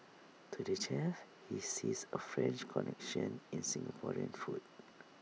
to the chef he sees A French connection in Singaporean food